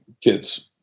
kids